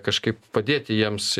kažkaip padėti jiems